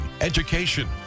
education